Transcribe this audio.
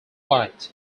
white